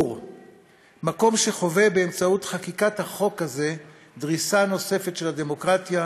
מקום שחווה באמצעות חקיקת החוק הזה דריסה נוספת של הדמוקרטיה,